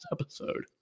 episode